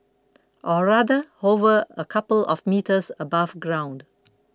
or rather hover a couple of metres above ground